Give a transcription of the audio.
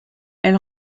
elle